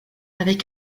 avec